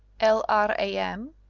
l r a m,